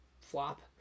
flop